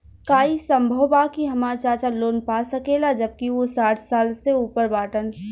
का ई संभव बा कि हमार चाचा लोन पा सकेला जबकि उ साठ साल से ऊपर बाटन?